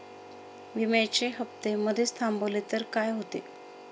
विम्याचे हफ्ते मधेच थांबवले तर काय होते?